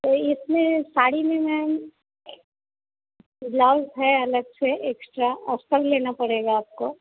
तो इसमें साड़ी में मैम ब्लाउज है अलग से एक्स्ट्रा अस्तर लेना पड़ेगा आपको